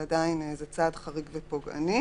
מדובר עדיין בצעד חריג ופוגעני.